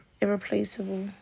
irreplaceable